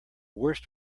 worst